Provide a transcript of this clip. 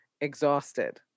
exhausted